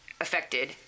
affected